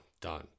done